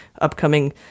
upcoming